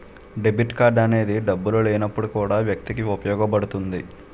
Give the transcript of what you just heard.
debit card అనేది డబ్బులు లేనప్పుడు కూడా వ్యక్తికి ఉపయోగపడుతుంది